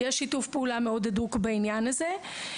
יש שיתוף פעולה מאוד הדוק בעניין הזה.